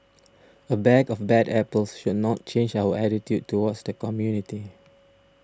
a bag of bad apples should not change our attitude towards the community